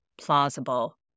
Plausible